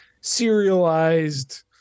serialized